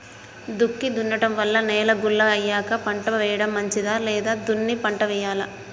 దుక్కి దున్నడం వల్ల నేల గుల్ల అయ్యాక పంట వేయడం మంచిదా లేదా దున్ని పంట వెయ్యాలా?